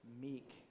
meek